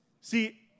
See